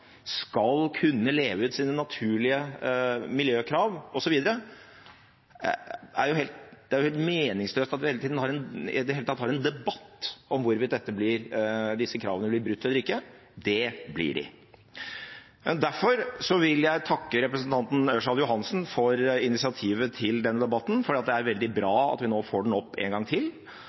skal kunne leve ut sine naturlige miljøkrav osv. Det er helt meningsløst at vi i det hele tatt har en debatt om hvorvidt disse kravene blir brutt eller ikke. Det blir de. Derfor vil jeg takke representanten Ørsal Johansen for initiativet til denne debatten, for det er veldig bra at vi nå får den opp en gang til.